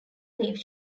leaf